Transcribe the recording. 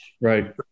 Right